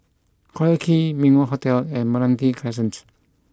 Collyer Quay Min Wah Hotel and Meranti Crescent